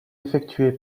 effectuée